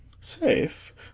Safe